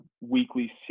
weekly